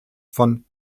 von